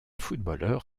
footballeur